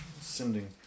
sending